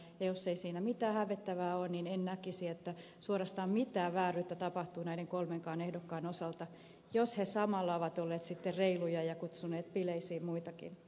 jos ei siinä mitään hävettävää ole niin en näkisi että suorastaan mitään vääryyttä tapahtuu näiden kolmenkaan ehdokkaan osalta jos he samalla ovat olleet sitten reiluja ja kutsuneet bileisiin muitakin ehdokkaita